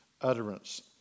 utterance